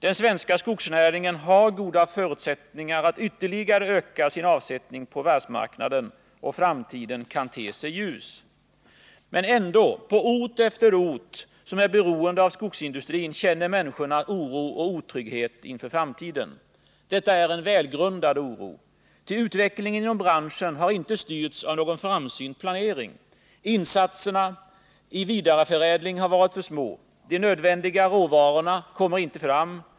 Den svenska skogsnäringen har goda förutsättningar att ytterligare öka sin avsättning på världsmarknaden. Framtiden kan te sig ljus. Men ändå — på ort efter ort som är beroende av skogsindustrin känner människorna oro och otrygghet inför framtiden. Det är en välgrundad oro, ty utvecklingen inom branschen har inte styrts av någon framsynt planering. Investeringarna i vidareförädling har varit för små. Den nödvändiga råvaran har inte kommit fram.